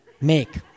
make